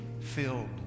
filled